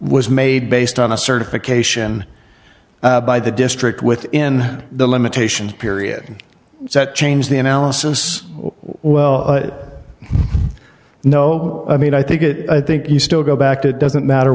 was made based on a certification by the district within the limitations period that change the analysis well no i mean i think it i think you still go back to it doesn't matter